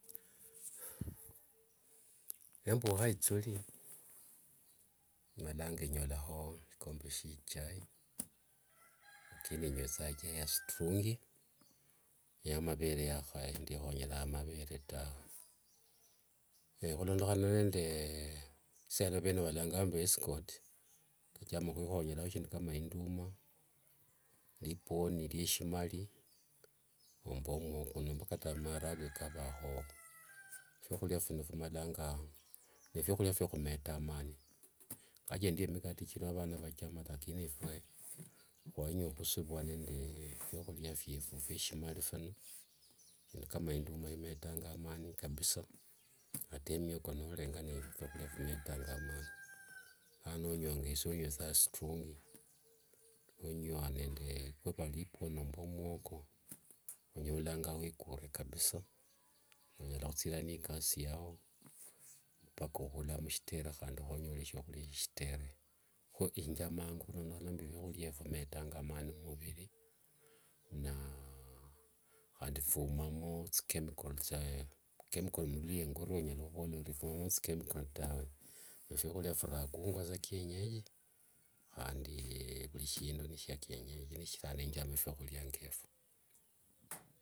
Nembuha itsuri malanga enyolaho sikombe sye ichai, lakini enywetsanga ichai ya sturungi eya mavere yahaya ndihonyeranga mavere tawe, ehulondohana ende isaino vene valanganga mbu escort, ndehonyeranga eshindu nge induma, eripuoni rya shimari nomba omuoko nomba kata maharagwe kavahoo, efiahuria vino vimalanga nefiahuria vyo humeta amaani, ingawaje ndio mikate choriwo avana vaajama lakini efwe hahusivwa nende fiahuria vifwe vye shimari vino, eshindu kama induma imetanga amaani kabisa, ata emioko norenga ni fiahuria vimetanga amaani, ano onywa nge esie onywetsanga strungi, onywa ende riva ribuoni nomba omuoko, onyolanga wikuure kabisaa, onyala hutsirira ne ikasi yao mpaka ohula mshitere handi honyole shiohuria shieshitere, ho enjamanga hulondokhana nde fiahuria evo vimetanga amaani mumuviri na handi viumamo tsikemikol, tsikemikol mluluhyia ngorwa onyala huvola orie viumamo tsikemikol tawe, ne viahuria virakungwa sa kienyeji handi vuri shindu nishya kienyeji, nifichira nenjama fiohuria nge evo.